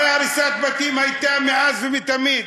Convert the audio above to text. הרי הריסת בתים הייתה מאז ומתמיד.